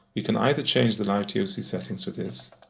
we can either change the livetoc settings for this,